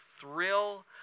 thrill